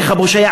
איך הפושע,